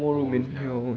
no more room in hell